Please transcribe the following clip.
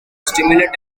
simulate